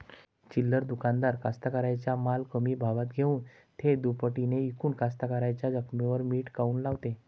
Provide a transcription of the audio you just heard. चिल्लर दुकानदार कास्तकाराइच्या माल कमी भावात घेऊन थो दुपटीनं इकून कास्तकाराइच्या जखमेवर मीठ काऊन लावते?